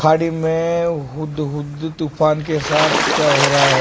खाड़ी में हुदहुद तूफान के साथ क्या हो रहा है